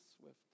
swift